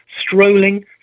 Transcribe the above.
strolling